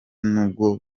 n’uwo